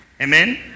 Amen